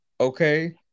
okay